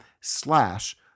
slash